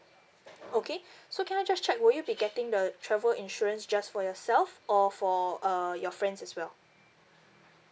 okay so can I just check will you be getting the travel insurance just for yourself or for uh your friends as well